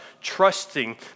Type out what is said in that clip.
trusting